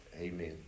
Amen